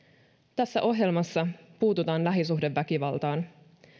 tässä ohjelmassa puututaan lähisuhdeväkivaltaan